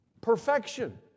perfection